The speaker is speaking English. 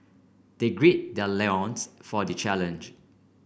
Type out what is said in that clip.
they gird their loins for the challenge